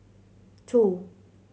two